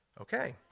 Okay